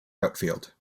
outfield